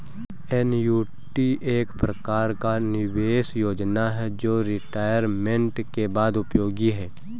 annuity एक प्रकार का निवेश योजना है जो रिटायरमेंट के बाद उपयोगी है